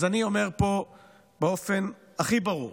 אז אני אומר פה באופן הכי ברור